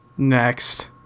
Next